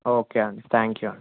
okay అండి thank you అండి